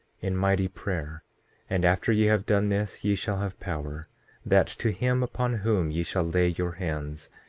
in mighty prayer and after ye have done this ye shall have power that to him upon whom ye shall lay your hands,